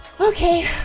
Okay